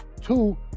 Two